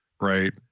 Right